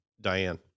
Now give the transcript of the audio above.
Diane